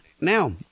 Now